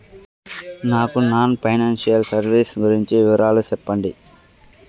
నాకు non financial services గురించి వివరాలు సెప్పండి?